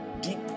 deep